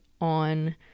on